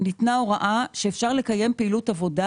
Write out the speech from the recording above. ניתנה הוראה שאפשר לקיים פעילות עבודה,